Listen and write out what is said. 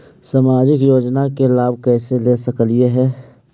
सामाजिक योजना के लाभ कैसे ले सकली हे?